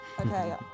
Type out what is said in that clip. Okay